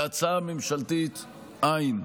והצעה ממשלתית אין.